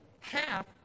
half